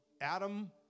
Adam